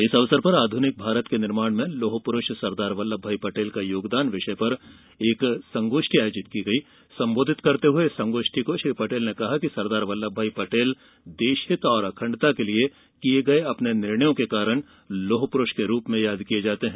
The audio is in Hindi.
इस अवसर पर आधुनिक भारत के निर्माण में लौह पुरूष सरदार बल्लभ भाई पटेल का योगदान विषय पर आयोजित संगोष्ठी को सम्बोधित करते हुए श्री पटेल ने कहा कि सरदार वल्लभ भाई पटेल अपने देशहित और अखंडता के लिए किए गए निर्णयों के कारण लौह पुरुष के रूप में याद किये जाते हैं